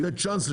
לתת צ'אנס.